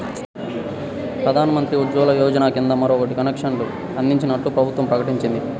ప్రధాన్ మంత్రి ఉజ్వల యోజన కింద మరో కోటి కనెక్షన్లు అందించనున్నట్లు ప్రభుత్వం ప్రకటించింది